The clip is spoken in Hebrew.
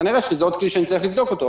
כנראה שזה עוד כלי שנצטרך לבדוק אותו,